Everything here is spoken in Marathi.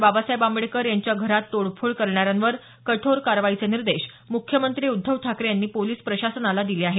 बाबासाहेब आंबेडकर यांच्या घरात तोडफोड करणाऱ्यांवर कठोर कारवाईचे निर्देश मुख्यमंत्री उद्धव ठाकरे यांनी पोलीस प्रशासनाला दिले आहेत